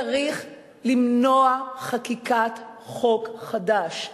צריך למנוע חקיקת חוק חדש.